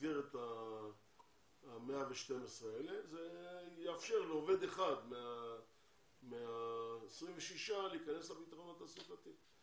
במסגרת ה-112 האלה זה יאפשר לעובד אחד מה-26 להיכנס לביטחון התעסוקתי.